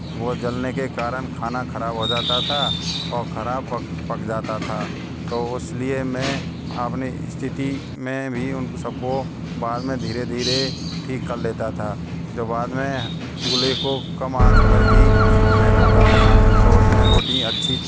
तो वो जलने के कारण खाना ख़राब हो जाता था और ख़राब पक पक जाता था तो उस लिए मैं अपनी स्थिति में भी उन को सब को बाद में धीरे धीरे ठीक कर लेता था जो बाद में चूल्हे को कम आँच पर ही मैं रखता था तो उस में रोटी अच्छी